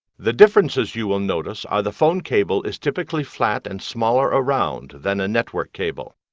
the differences you will notice are the phone cable is typically flat and smaller around than a network cable.